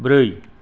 ब्रै